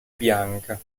bianca